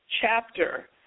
chapter